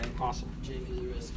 Awesome